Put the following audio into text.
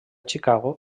chicago